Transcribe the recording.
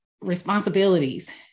responsibilities